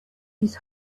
his